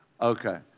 Okay